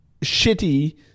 shitty